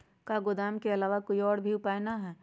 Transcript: का गोदाम के आलावा कोई और उपाय न ह?